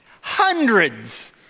Hundreds